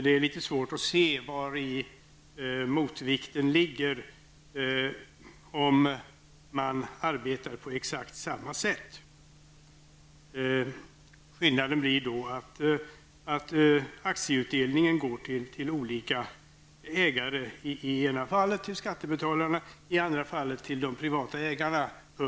Det är litet svårt att se vari motvikten ligger om man arbetar på exakt samma sätt. Skillnaden blir att aktieutdelningen går till olika ägare: i ena fallet till skattebetalarna, i andra fallet till de privata ägarna.